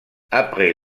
après